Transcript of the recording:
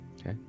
okay